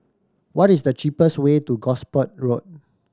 what is the cheapest way to Gosport Road